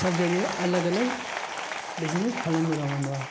सब जॻै अलॻि अलॻि बिज़नेस हलंदो रहंदो आ